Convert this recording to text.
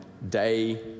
day